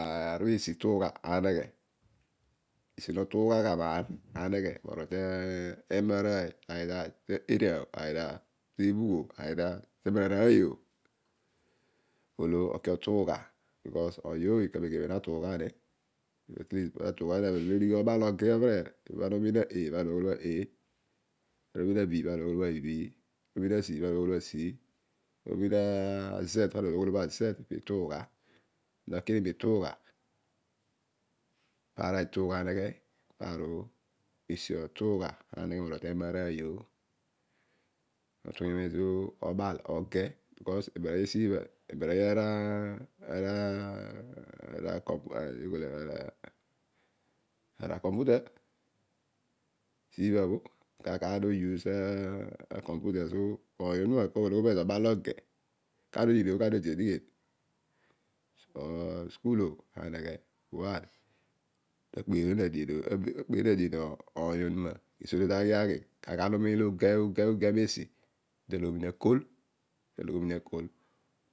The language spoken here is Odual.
Aar obho esi ituugha aneghe esi lo no tuughagha uaar aneghe norol tema arooy ta area either teebhughõ either temara roiy õ lo oki otugha. because oiy õoy kalem kanem notuugha mi ezo lo odigh obal obhe keer ibha ana umiin a‘a’ pana ologhom oghol a ‘c’ pologhom oghol a ‘z’ ituugha eneghe morol tema arooy. utughiniom ezo obal no ge. na na computer siibhabhõ. kaar kaar no use ta computer so oiy onuma ko ologonio mezo obal oge kana odi edighem? Aschool õ andghe. na kpeerom adien oiy onuna kesi kesi lo odi aghi kaar lo uge odi ta twem aniin akol. ta loghem ni akol